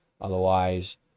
otherwise